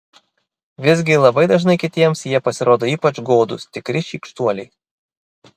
visgi labai dažnai kitiems jie pasirodo ypač godūs tikri šykštuoliai